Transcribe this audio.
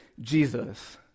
Jesus